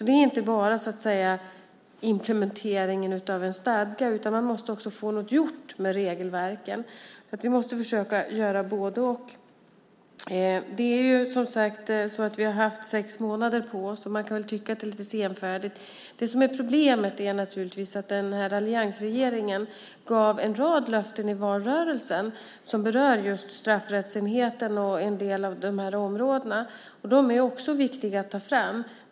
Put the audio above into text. Det handlar alltså inte bara om implementeringen av en stadga, utan man måste också få något gjort med regelverken. Vi måste försöka göra både-och. Vi har som sagt haft sex månader på oss, och man kan väl tycka att det är lite senfärdigt. Problemet är naturligtvis att alliansregeringen gav en rad löften i valrörelsen som berör just straffrättsenheten och en del av dessa områden. Dessa områden är också viktiga att ta fram.